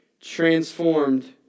transformed